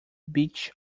beech